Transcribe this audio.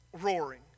roaring